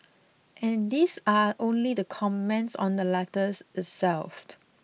and these are only the comments on the letter itself